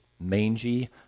mangy